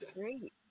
great